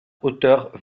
hauteur